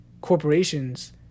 corporations